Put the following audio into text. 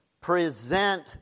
Present